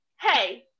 hey